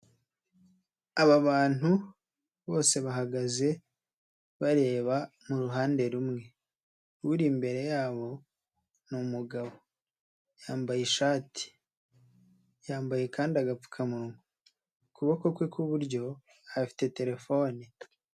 Aba bantu bose bahagaze bareba mu ruhande rumwe, uri imbere yabo ni umugabo yambaye ishati, yambaye kandi agapfukamunwa ukuboko kwe kw'iburyo ahafite terefone.